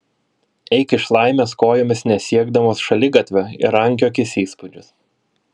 eik iš laimės kojomis nesiekdamas šaligatvio ir rankiokis įspūdžius